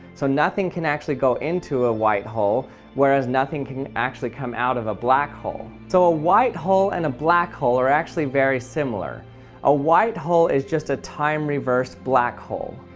so nothing can actually go into the white hole whereas nothing can actually come out of a black hole so a white hole and a black hole are actually very similar a white hole is just a time reversed black hole.